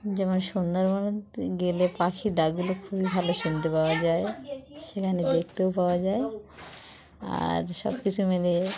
যেমন সুন্দরবন গেলে পাখির ডাকগুলো খুবই ভালো শুনতে পাওয়া যায় সেখানে দেখতেও পাওয়া যায় আর সব কিছু মিলিয়ে